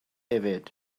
hefyd